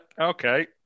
okay